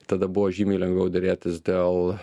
tada buvo žymiai lengviau derėtis dėl